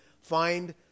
find